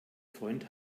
freund